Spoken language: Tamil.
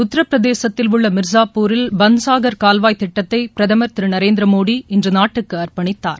உத்தரபிரதேசத்தில் உள்ளமிர்ஸாப்பூரில் பன்சாகர் கால்வாய் திட்டத்தைபிரதமர் திருநரேந்திரமோடி இன்றுநாட்டுக்கு அர்ப்பணித்தார்